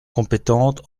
compétente